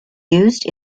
used